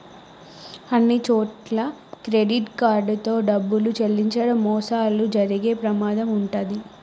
అన్నిచోట్లా credit card తో డబ్బులు చెల్లించడం మోసాలు జరిగే ప్రమాదం వుంటది